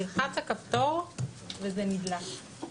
הוא ילחץ על כפתור וזה נדלק.